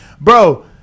bro